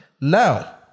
Now